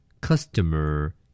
Customer